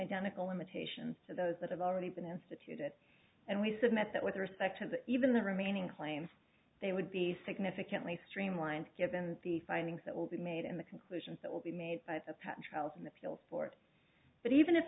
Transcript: identical limitations to those that have already been instituted and we submit that with respect to even the remaining claims they would be significantly streamlined given the findings that will be made in the conclusions that will be made by the trials in the field for it but even if